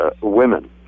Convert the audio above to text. women